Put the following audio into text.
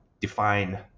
define